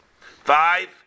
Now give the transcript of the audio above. Five